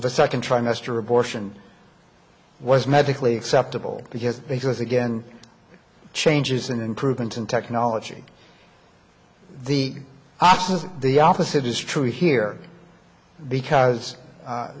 the second trimester abortion was medically acceptable because because again changes and improvements in technology the us has the opposite is true here because